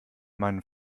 meinen